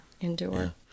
endure